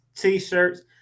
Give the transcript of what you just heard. T-shirts